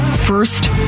first